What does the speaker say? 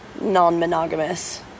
non-monogamous